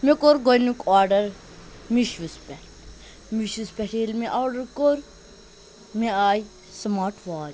مےٚ کوٚر گۄڈٕنیُک آرڈَر میٖشوَس پٮ۪ٹھ میٖشوَس پٮ۪ٹھ ییٚلہِ مےٚ آرڈَر کوٚر مےٚ آے سٕماٹ واچ